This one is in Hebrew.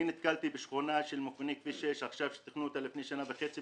אני נתקלתי בשכונה של מפוני כביש 6 שתכננו אותה לפני שנה וחצי,